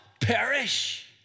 perish